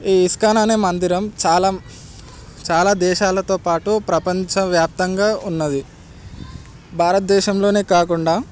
ఈ ఇస్కాన్ అనే మందిరం చాలా చాలా దేశాలతో పాటు ప్రపంచ వ్యాప్తంగా ఉన్నది భారతదేశంలోనే కాకుండా